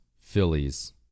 Phillies